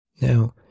Now